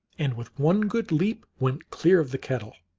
and with one good leap went clear of the kettle.